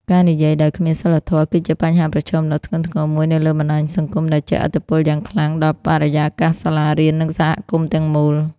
ការនិយាយដោយគ្មានសីលធម៌ គឺជាបញ្ហាប្រឈមដ៏ធ្ងន់ធ្ងរមួយនៅលើបណ្ដាញសង្គម ដែលជះឥទ្ធិពលយ៉ាងខ្លាំងដល់បរិយាកាសសាលារៀន និងសហគមន៍ទាំងមូល។